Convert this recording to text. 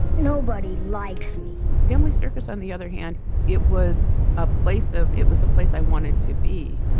nobody likes family circus, on the other hand it was a place of. it was a place i wanted to be.